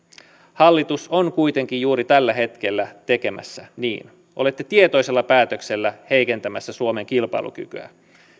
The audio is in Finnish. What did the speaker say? hallitus on kuitenkin juuri tällä hetkellä tekemässä niin olette tietoisella päätöksellä heikentämässä suomen kilpailukykyä